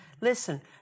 Listen